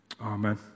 Amen